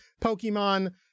pokemon